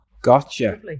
gotcha